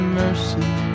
mercy